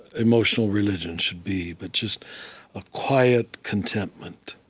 emotional religion should be, but just a quiet contentment,